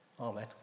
Amen